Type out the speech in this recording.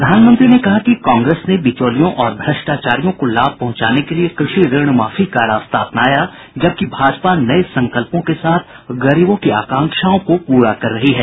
प्रधानमंत्री ने कहा कि कांग्रेस ने बिचौलियों और भ्रष्टाचारियों को लाभ पहुंचाने के लिए कृषि ऋण माफी का रास्ता अपनाया जबकि भाजपा नये संकल्पों के साथ गरीबों की अकांक्षाओं को पूरा कर रही है